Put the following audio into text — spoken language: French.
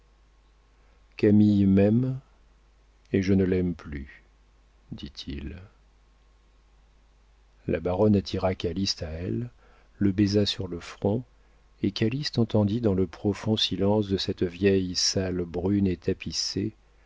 camille m'aime et je ne l'aime plus dit-il la baronne attira calyste à elle le baisa sur le front et calyste entendit dans le profond silence de cette vieille salle brune et tapissée